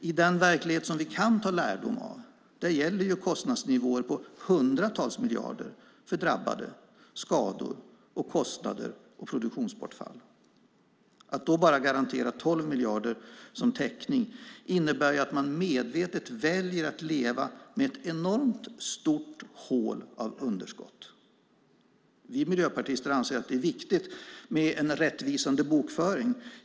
I den verklighet som vi kan ta lärdom av gäller kostnadsnivåer på hundratals miljarder för drabbade, skador och produktionsbortfall. Att då bara garantera 12 miljarder som täckning innebär att man medvetet väljer att leva med ett enormt hål av underskott. Vi miljöpartister anser att det är viktigt med en rättvisande bokföring.